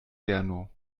gernot